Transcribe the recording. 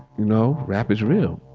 you know, rap is real